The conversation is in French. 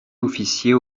officier